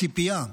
ציפייה,